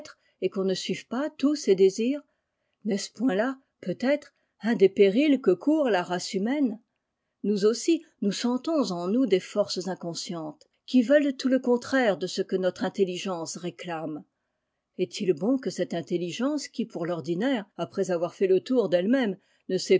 et qu'on ne suive pas tous ses désirs n'est-ce point là peut-être un des périls que court la race humaine nous aussi nous sentons en nous des forces inconscientes qui veulent tout le contraire de ce que notre intelligence réclame est-il bon que cette intelligence qui pour l'ordinaire après avoir fait le tour d'elle-même ne